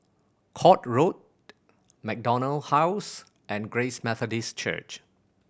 Court Road MacDonald House and Grace Methodist Church